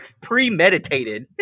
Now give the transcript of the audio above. Premeditated